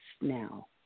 now